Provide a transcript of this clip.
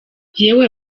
yewe